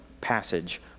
passage